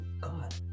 God